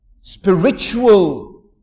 spiritual